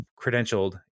credentialed